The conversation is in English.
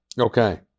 Okay